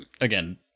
Again